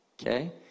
Okay